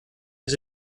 his